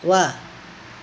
वाह